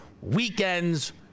weekends